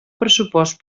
pressupost